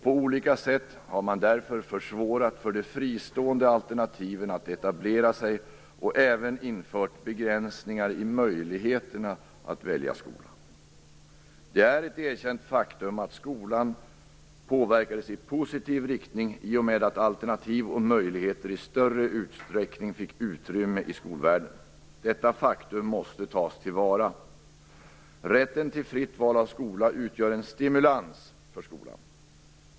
På olika sätt har man därför försvårat för de fristående alternativen att etablera sig och även infört begränsningar i möjligheterna att välja skola. Det är ett erkänt faktum att skolan påverkades i positiv riktning i och med att alternativ och möjligheter i större utsträckning fick utrymme i skolvärlden. Detta faktum måste tas till vara. Rätten till fritt val av skola utgör en stimulans för skolan.